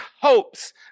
hopes